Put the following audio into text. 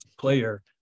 player